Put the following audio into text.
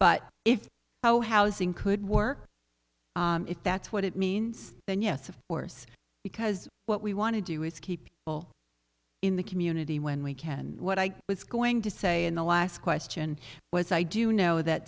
but if how housing could work if that's what it means then yes of course because what we want to do is keep well in the community when we can what i was going to say in the last question was i do know that